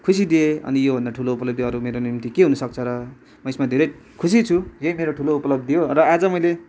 खुसी दिएँ अनि त्यो भन्दा ठुलो उपलब्धि अरू मेरो निम्ति के हुन सक्छ र म यसमा धेरै खुसी छु यही मेरो ठुलो उपलब्धि हो र आज मैले